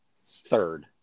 Third